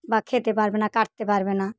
বা খেতে পারবে না কাটতে পারবে না